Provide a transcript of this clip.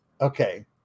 okay